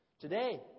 Today